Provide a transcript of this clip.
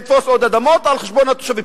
לתפוס עוד אדמות על חשבון התושבים.